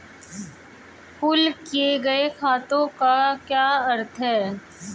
Pool किए गए खातों का क्या अर्थ है?